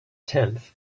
tenth